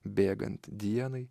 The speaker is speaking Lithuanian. bėgant dienai